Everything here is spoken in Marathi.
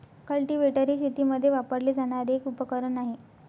कल्टीवेटर हे शेतीमध्ये वापरले जाणारे एक उपकरण आहे